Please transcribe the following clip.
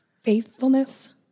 faithfulness